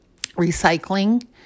recycling